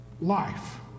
life